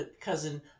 cousin